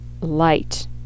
light